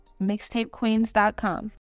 mixtapequeens.com